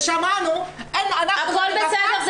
ושמענו --- הכול בסדר,